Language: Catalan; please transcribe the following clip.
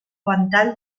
ventall